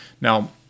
Now